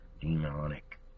demonic